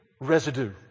residue